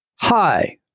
Hi